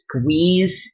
squeeze